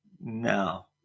No